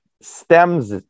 stems